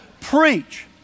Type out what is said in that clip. preach